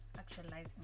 actualizing